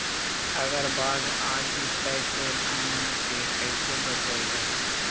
अगर बाढ़ आ जितै तो धान के कैसे बचइबै?